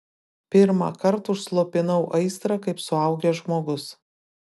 pirmąkart užslopinau aistrą kaip suaugęs žmogus